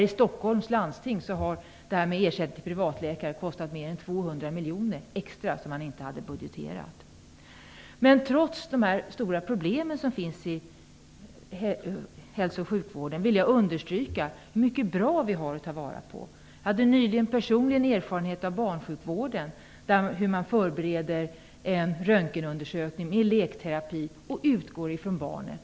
I Stockholms läns landsting har ersättningen till privatläkare kostat mer än 200 miljoner kronor extra, utöver vad som budgeterats. Trots de stora problemen i hälso och sjukvården vill jag understryka att vi har mycket som är bra och som vi skall ta vara på. Nyligen fick jag personligen erfarenhet av barnsjukvården. En röntgenundersökning förbereddes med lekterapi, varvid man utgick från barnet.